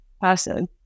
person